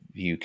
UK